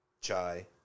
chai